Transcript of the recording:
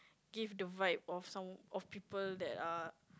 give the vibe of some of people that are